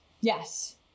Yes